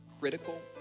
critical